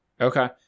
Okay